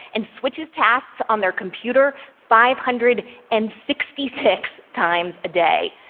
and switches tasks on their computer five hundred and sixty six times a day.